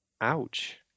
Ouch